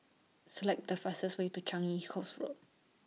Select The fastest Way to Changi Coast Road